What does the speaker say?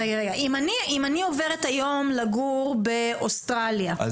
אם אני עוברת היום לגור באוסטרליה,